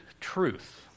truth